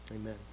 amen